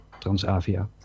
Transavia